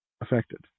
affected